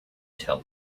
tell